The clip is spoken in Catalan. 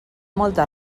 molta